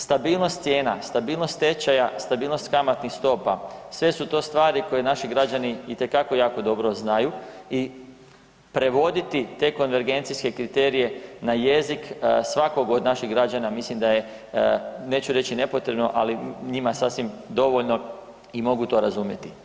Stabilnost cijena, stabilnost tečaja, stabilnost kamatnih stopa, sve su to stvari koje naši građani itekako jako dobro znaju i prevoditi te konvergencijske kriterije na jezik svakog od naših građana mislim da je, neću reći, nepotrebno, ali njima sasvim dovoljno i mogu to razumjeti.